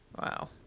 Wow